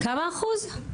כמה אחוז?